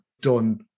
done